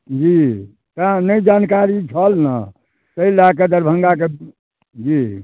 जी अहाँ नहि जानकारी छल ने ताहि लऽ कऽ दरभङ्गाके जी